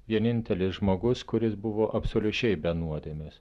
vienintelis žmogus kuris buvo absoliučiai be nuodėmės